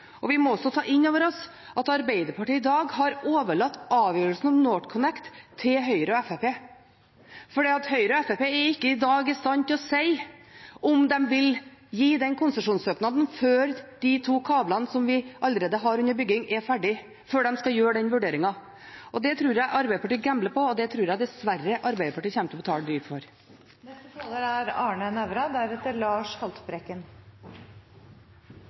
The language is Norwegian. nytt. Vi må også ta inn over oss at Arbeiderpartiet i dag har overlatt avgjørelsen om NorthConnect til Høyre og Fremskrittspartiet, for Høyre og Fremskrittspartiet er i dag ikke i stand til å si om de vil vurdere konsesjonssøknadene før de to kablene som vi allerede har under bygging, er ferdig. Det tror jeg Arbeiderpartiet gambler på, og det tror jeg dessverre de kommer til å betale